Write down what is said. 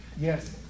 Yes